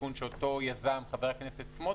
התיקון שאותו יזם חבר הכנסת סמוטריץ',